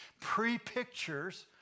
pre-pictures